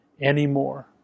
anymore